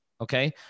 okay